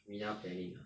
media planning ah